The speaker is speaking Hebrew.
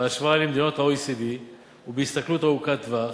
בהשוואה למדינות ה-OECD ובהסתכלות ארוכת-טווח,